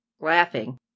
Laughing